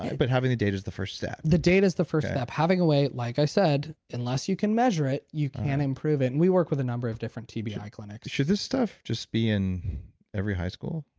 but having the data is the first step the data is the first step. having a way, like i said, unless you can measure it you can't improve it and we work with a number of different tbi clinics should this stuff just be in every high school?